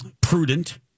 prudent